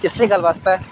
इस्सै गल्ल बास्तै